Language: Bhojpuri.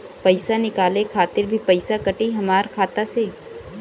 पईसा निकाले खातिर भी पईसा कटी हमरा खाता से?